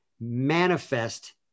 manifest